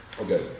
Okay